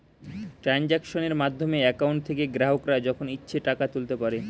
ট্রানজাক্শনের মাধ্যমে অ্যাকাউন্ট থেকে গ্রাহকরা যখন ইচ্ছে টাকা তুলতে পারে